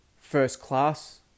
first-class